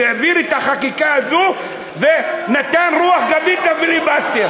שהעביר את החקיקה הזאת ונתן רוח גבית לפיליבסטר.